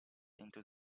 into